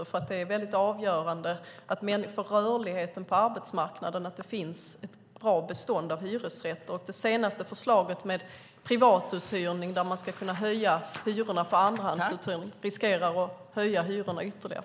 Det är nämligen avgörande för rörligheten på arbetsmarknaden att det finns ett bra bestånd av hyresrätter. Det senaste förslaget om privatuthyrning, att man ska kunna höja hyrorna vid andrahandsuthyrning, riskerar att höja hyrorna ytterligare.